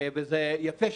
ויפה שכך.